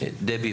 דבי,